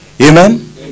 Amen